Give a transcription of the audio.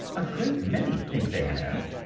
a great many think they have.